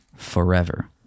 forever